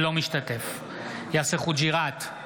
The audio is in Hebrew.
אינו משתתף בהצבעה יאסר חוג'יראת,